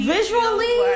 Visually